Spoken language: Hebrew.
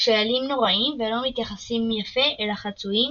שהאלים נוראיים ולא מתייחסים יפה אל החצויים,